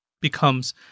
becomes